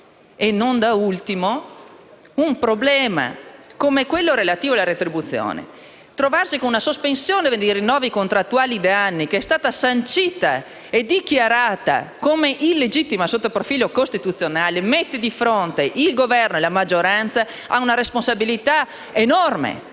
e, non da ultimo, un problema come quello relativo alla retribuzione. Trovarsi con una sospensione dei rinnovi contrattuali da anni, che è stata sancita e dichiarata come illegittima sotto il profilo costituzionale, mette il Governo e la maggioranza di fronte ad una responsabilità enorme: